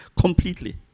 completely